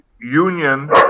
union